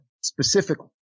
specifically